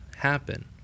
happen